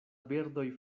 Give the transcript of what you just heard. birdoj